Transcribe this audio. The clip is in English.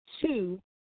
two